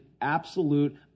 absolute